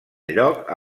lloc